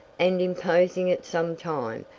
and imposing at some time,